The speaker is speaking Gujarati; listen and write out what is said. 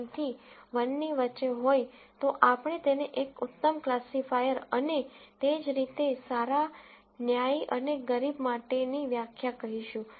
9 થી 1 ની વચ્ચે હોય તો આપણે તેને એક ઉત્તમ ક્લાસિફાયર અને તે જ રીતે સારા ન્યાયી અને ગરીબ માટેની વ્યાખ્યા કહીશું